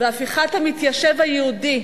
והפיכת המתיישב היהודי,